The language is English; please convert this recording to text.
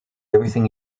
everything